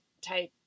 type